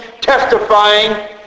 testifying